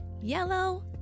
Yellow